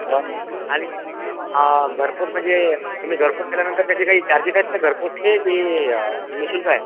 बा आणि घरपोच म्हणजे तुम्ही घरपोच दिल्यानंतर त्याचे काही चार्जेस आहेत का घरपोचचे की नि शुल्क आहे